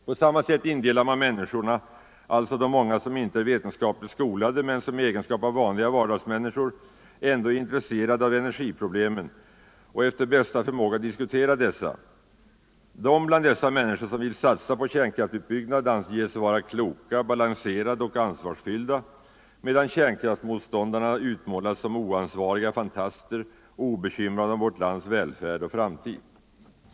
På samma sätt indelar man resten av människorna, alltså de många som inte är vetenskapligt skolade men som i egenskap av vanliga vardagsmänniskor ändå är intresserade av energiproblemen och efter bästa förmåga diskuterar dessa. De bland dessa människor som vill satsa på kärnkraftsutbyggnad anges vara kloka, balanserade och ansvarsfyllda, medan kärnkraftsmotståndarna utmålas som oansvariga fantaster, obekymrade om vårt folks välfärd och framtid.